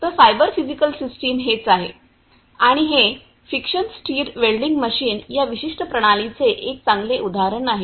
तर cyber physical system हेच आहे आणि हे फ्रिक्शन स्ट्रार वेल्डिंग मशीन या विशिष्ट प्रणालीचे एक चांगले उदाहरण आहे